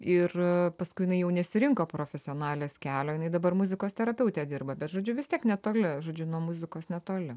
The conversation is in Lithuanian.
ir paskui jinai jau nesirinko profesionalės kelio jinai dabar muzikos terapeute dirba bet žodžiu vis tiek netoli žodžiu nuo muzikos netoli